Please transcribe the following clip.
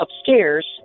upstairs